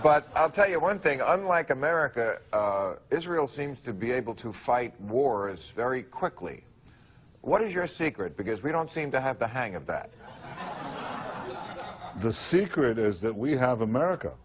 but i'll tell you one thing i'm like america israel seems to be able to fight wars very quickly what is your secret because we don't seem to have the hang of that the secret is that we have america